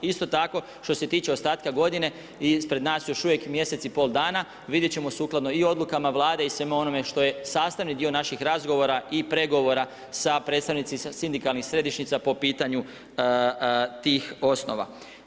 Isto tako što se tiče ostatka godine ispred nas je još uvijek mjesec i pol dana, vidjeti ćemo sukladno i odlukama Vlade i svemu onome što je sastavni dio naših razgovora i pregovora sa predstavnicima sindikalnih središnjica po pitanju tih osnova.